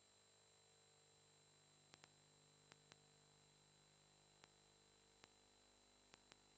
Grazie